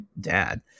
dad